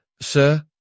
Sir